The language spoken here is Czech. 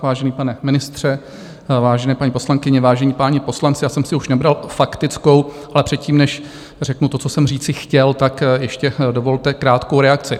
Vážený pane ministře, vážené paní poslankyně, vážení páni poslanci, já už jsem si nebral faktickou, ale předtím, než řeknu to, co jsem říci chtěl, tak ještě dovolte krátkou reakci.